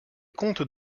comtes